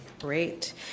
Great